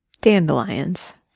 dandelions